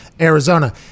arizona